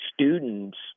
students